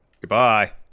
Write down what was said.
Goodbye